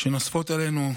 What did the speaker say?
שנוספות עלינו,